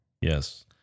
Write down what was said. Yes